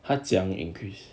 他这样 increase